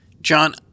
John